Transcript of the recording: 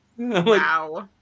Wow